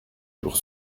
pour